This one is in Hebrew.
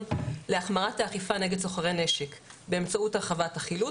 להחמרת האכיפה נגד סוחרי נשק באמצעות הרחבת החילוט.